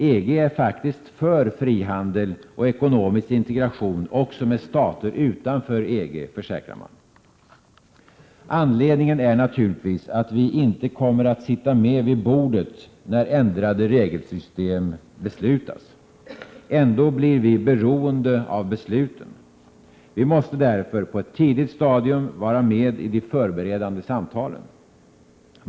EG är faktiskt för frihandel och ekonomisk integration också med stater utanför EG, försäkrar man. Anledningen är naturligtvis, att vi inte kommer att sitta med vid bordet när ändrade regelsystem beslutas. Ändå blir vi beroende av besluten. Vi måste därför på ett tidigt stadium vara med i de förberedande samtalen.